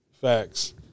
Facts